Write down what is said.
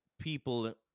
people